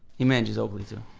he manages oakley too.